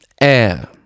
air